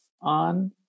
on